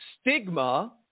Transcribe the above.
Stigma